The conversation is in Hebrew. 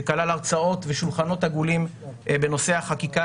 שכלל הרצאות ושולחנות עגולים בנושא החקיקה.